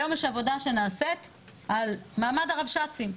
היום יש עבודה שנעשית על מעמד הרבש"צים,